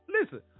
listen